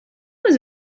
was